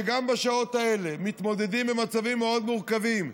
שגם בשעות האלה מתמודדים עם מצבים מאוד מורכבים,